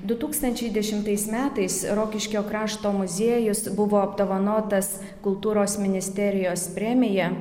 du tūkstančiai dešimtais metais rokiškio krašto muziejus buvo apdovanotas kultūros ministerijos premija